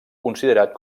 considerat